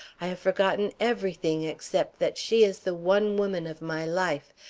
i have forgotten everything except that she is the one woman of my life,